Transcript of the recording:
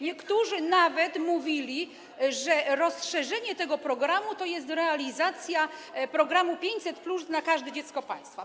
Niektórzy nawet mówili, że rozszerzenie tego programu to jest realizacja programu 500+ na każde dziecko w państwie.